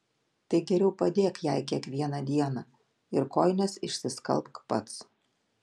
tai geriau padėk jai kiekvieną dieną ir kojines išsiskalbk pats